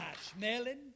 smelling